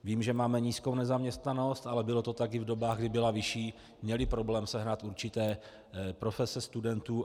Vím, že máme nízkou nezaměstnanost, ale bylo to tak i v dobách, kdy byla vyšší, měly problém sehnat určité profese studentů.